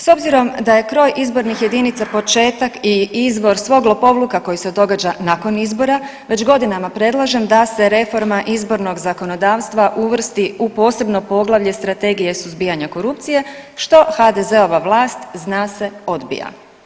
S obzirom da je kroj izbornih jedinica početak i izvor svog lopovluka koji se događa nakon izbora već godinama predlažem da se reforma izbornog zakonodavstva uvrsti u posebno poglavlje Strategije suzbijanja korupcije što HDZ-ova vlast zna se odbija.